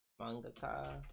Mangaka